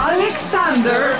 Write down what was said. Alexander